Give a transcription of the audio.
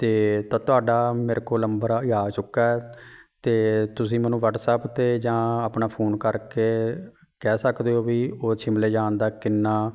ਅਤੇ ਤਾਂ ਤੁਹਾਡਾ ਮੇਰੇ ਕੋਲ ਨੰਬਰ ਆ ਜਾ ਚੁੱਕਾ ਅਤੇ ਤੁਸੀਂ ਮੈਨੂੰ ਵਟਸਐਪ 'ਤੇ ਜਾਂ ਆਪਣਾ ਫ਼ੋਨ ਕਰਕੇ ਕਹਿ ਸਕਦੇ ਹੋ ਵੀ ਉਹ ਸ਼ਿਮਲੇ ਜਾਣ ਦਾ ਕਿੰਨਾ